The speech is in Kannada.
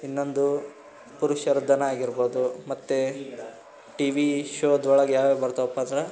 ಇನ್ನೊಂದು ಪುರುಷರದ್ದೇನೇ ಆಗಿರ್ಬೋದು ಮತ್ತು ಟಿವಿ ಶೋದ ಒಳಗೆ ಯಾವ್ಯಾವು ಬರ್ತಾವಪ್ಪ ಅಂದ್ರೆ